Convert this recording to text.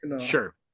Sure